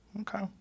Okay